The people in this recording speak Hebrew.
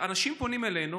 אנשים פונים אלינו.